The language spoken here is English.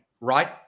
right